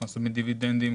הכנסות מדיבידנדים,